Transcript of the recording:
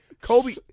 Kobe